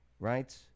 Right